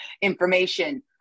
information